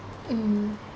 mm